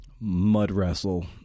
mud-wrestle